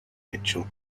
mitchell